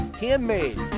Handmade